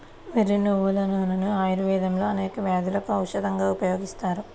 వెర్రి నువ్వుల నూనెను ఆయుర్వేదంలో అనేక వ్యాధులకు ఔషధంగా ఉపయోగిస్తారు